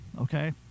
Okay